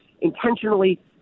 intentionally